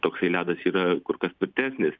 toksai ledas yra kur kas tvirtesnis